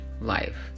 life